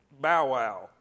bow-wow